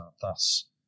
thus